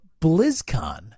BlizzCon